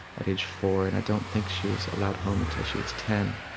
at age four, and i don't think she was allowed home until she was ten.